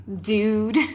dude